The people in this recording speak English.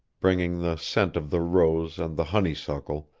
bringing the scent of the rose and the honeysuckle,